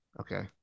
Okay